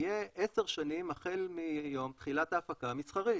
יהיה עשר שנים החל מיום תחילת ההפקה המסחרית.